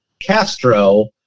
Castro